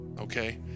Okay